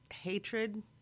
hatred